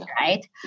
Right